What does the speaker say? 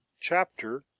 Chapter